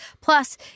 Plus